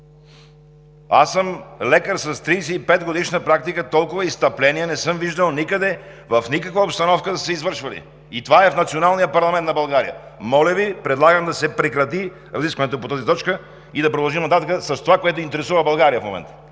Аз съм лекар с 35-годишна практика, толкова изстъпления не съм виждал никъде, в никаква обстановка, да са се извършвали! И това е в националния парламент на България! Моля Ви, предлагам да се прекрати разискването по тази точка и да продължим нататък с това, което интересува България в момента!